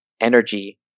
energy